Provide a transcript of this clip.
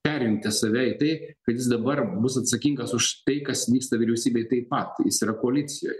perjungti save į tai kad jis dabar bus atsakingas už tai kas vyksta vyriausybėj taip pat jis yra koalicijoj